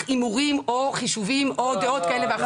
הימורים או חישובים או דעות כאלה ואחרות.